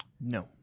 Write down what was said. no